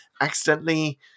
accidentally